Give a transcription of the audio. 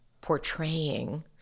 portraying